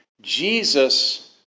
Jesus